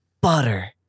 butter